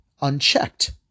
unchecked